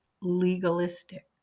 legalistic